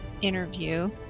interview